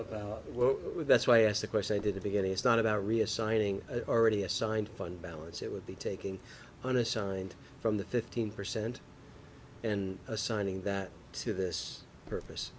well that's why i asked the question i did the beginning it's not about reassigning already assigned fund balance it would be taking unassigned from the fifteen percent and assigning that to this purpose